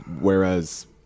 whereas